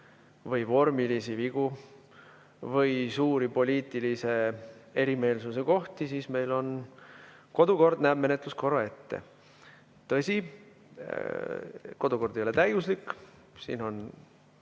või vormilisi vigu või suuri poliitilise erimeelsuse kohti, siis näeb meie kodukord menetluskorra ette. Tõsi, kodukord ei ole täiuslik, siin on